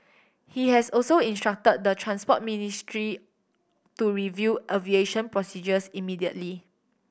he has also instruct the Transport Ministry to review aviation procedures immediately